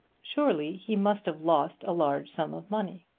surely he must have lost a large sum of money.